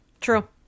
True